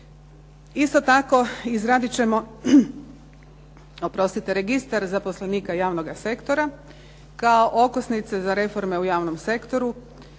Isto tako izradit ćemo registar zaposlenika javnoga sektora, kao okosnica za reforme u javnom sektoru.